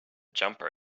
jumper